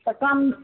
तऽ कम